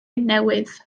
newydd